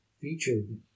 featured